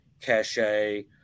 Cache